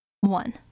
One